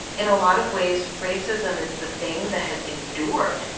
in a lot of ways, racism is the thing that has endured.